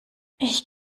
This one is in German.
ich